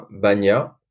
bagna